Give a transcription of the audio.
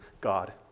God